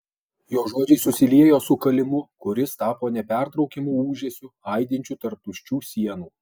jo žodžiai susiliejo su kalimu kuris tapo nepertraukiamu ūžesiu aidinčiu tarp tuščių sienų